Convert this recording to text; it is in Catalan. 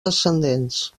descendents